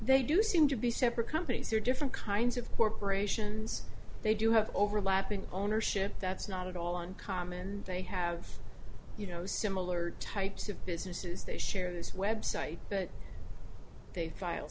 they do seem to be separate companies are different kinds of corporations they do have overlapping ownership that's not at all uncommon they have you know similar types of businesses they share this website but they file